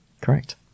Correct